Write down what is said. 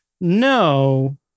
No